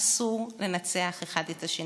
אסור לנצח אחד את השני.